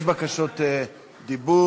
יש בקשות דיבור.